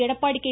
Edappadi K